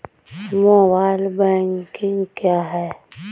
Mobile banking क्या है?